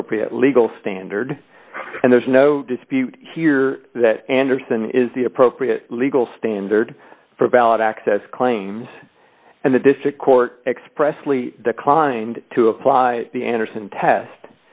appropriate legal standard and there's no dispute here that anderson is the appropriate legal standard for ballot access claims and the district court expressly declined to apply the andersen test